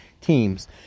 teams